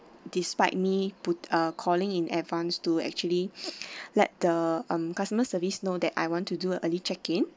despite me put uh calling in advance to actually let the um customer service know that I want to do a early check in